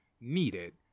needed